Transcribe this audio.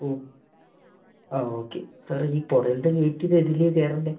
ഓ ആ ഓക്കേ സാറെ ഈ പുറകിലത്തെ ഗേയ്റ്റ് ഏതിലെയാണ് കയറേണ്ടത്